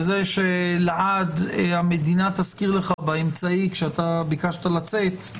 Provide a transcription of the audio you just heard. שלעד המדינה תזכיר לך באמצעי כשביקשת לצאת.